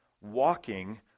walking